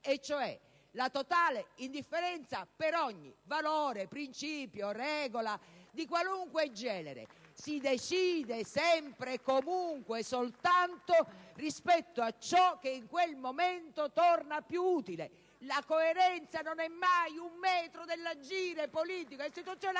con la totale indifferenza per ogni valore, principio e regola. Di qualunque genere. (*Applausi dal Gruppo PD*). Si decide sempre, comunque e soltanto rispetto a ciò che in quel momento torna più utile! La coerenza non è mai un metro dell'agire politico e istituzionale: